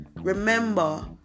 remember